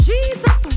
Jesus